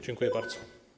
Dziękuję bardzo.